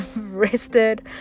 rested